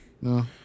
No